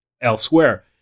elsewhere